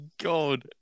god